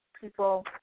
people